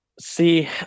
See